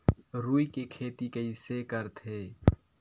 रुई के खेती कइसे करथे?